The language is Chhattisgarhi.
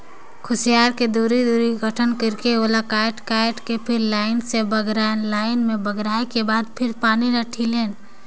खुसियार के दूरी, दूरी गठन करके ओला काट काट के फिर लाइन से बगरायन लाइन में बगराय के बाद फिर पानी ल ढिलेन